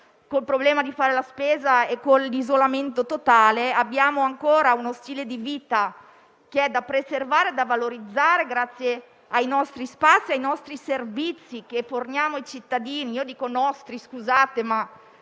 il problema di fare la spesa e in isolamento totale. Abbiamo ancora uno stile di vita che è da preservare e da valorizzare grazie ai nostri spazi e ai nostri servizi che forniamo ai cittadini. Scusate se